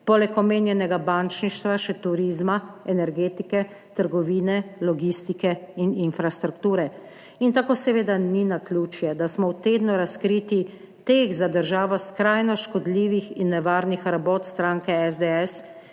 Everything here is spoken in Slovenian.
poleg omenjenega bančništva še turizma, energetike, trgovine, logistike in infrastrukture. In tako seveda ni naključje, da smo v tednu razkritij teh za državo skrajno škodljivih in nevarnih rabot stranke SDS,